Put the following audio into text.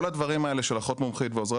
כל הדברים האלה של אחות מומחית ועוזרי